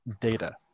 data